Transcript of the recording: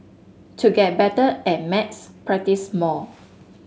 to get better at maths practise more